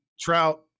trout